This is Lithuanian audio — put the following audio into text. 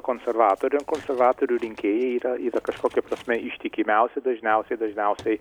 konservatoriam konservatorių rinkėjai yra yra kažkokia prasme ištikimiausi dažniausiai dažniausiai